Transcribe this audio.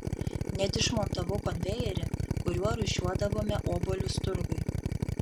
net išmontavau konvejerį kuriuo rūšiuodavome obuolius turgui